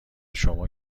شما